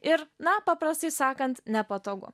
ir na paprastai sakant nepatogu